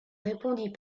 répondit